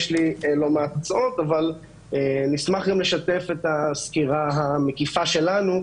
יש לי לא מעט הצעות אבל נשמח לשתף את הסקירה המקיפה שלנו,